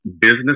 business